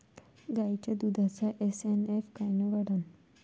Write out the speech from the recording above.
गायीच्या दुधाचा एस.एन.एफ कायनं वाढन?